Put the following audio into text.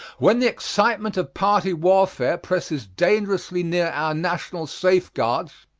when the excitement of party warfare presses dangerously near our national safeguards,